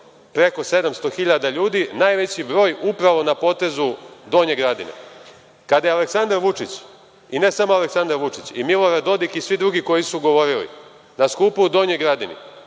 preko 700.000 ljudi, a najveći broj upravo na potezu Donje Gradine. Kada se Aleksandar Vučić, i ne samo Aleksandar Vučić, i Milorad Dodik i svi drugi koji su govorili na skupu u Donjoj Gradini,